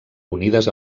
unides